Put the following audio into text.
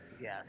Yes